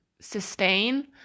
sustain